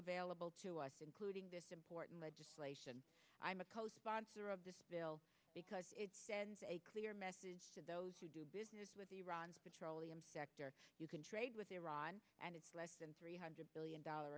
available to us including this important legislation i'm a co sponsor of this bill because it's a clear message to those who do business with iran petroleum sector you can trade with iran and it's less than three hundred billion dollar